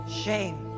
shame